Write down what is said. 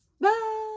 Bye